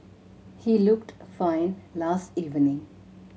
he looked fine last evening